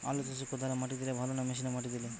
আলু চাষে কদালে মাটি দিলে ভালো না মেশিনে মাটি দিলে?